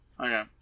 Okay